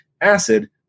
acid